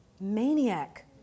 maniac